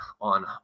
on